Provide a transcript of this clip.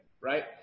Right